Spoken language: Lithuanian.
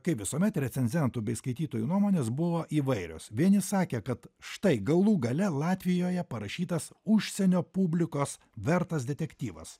kaip visuomet recenzentų bei skaitytojų nuomonės buvo įvairios vieni sakė kad štai galų gale latvijoje parašytas užsienio publikos vertas detektyvas